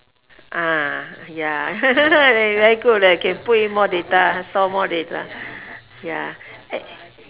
uh ya very good leh can put in more data store more data ya